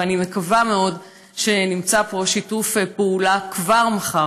ואני מקווה מאוד שנמצא פה שיתוף פעולה כבר מחר.